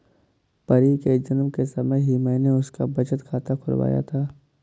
परी के जन्म के समय ही मैने उसका बचत खाता खुलवाया था